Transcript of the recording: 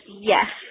yes